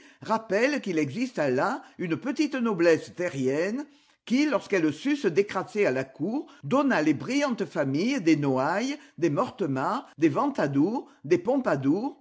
rappelle qu'il exista là une petite noblesse terrienne qui lorsqu'elle sut se décrasser à la cour donna les brillantes familles des noailles des mortemart des ventadour des